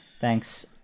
thanks